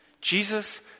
Jesus